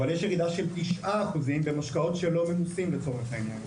אבל יש ירידה של 9% במשקאות שלא ממוסים לצורך העניין.